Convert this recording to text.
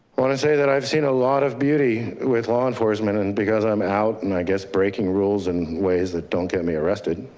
want to say that i've seen a lot of beauty with law enforcement and because i'm out and i guess breaking rules in ways that don't get me arrested.